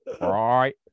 right